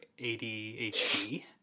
ADHD